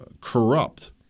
corrupt